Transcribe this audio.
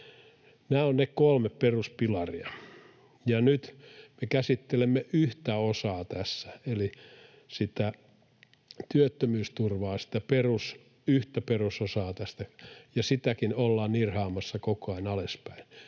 Nämä ovat ne kolme peruspilaria. Nyt me käsittelemme yhtä osaa tässä eli työttömyysturvaa, sitä yhtä perusosaa tästä, ja sitäkin ollaan nirhaamassa koko ajan alaspäin.